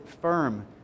firm